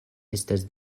estas